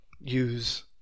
use